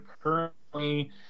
Currently